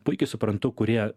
puikiai suprantu kurie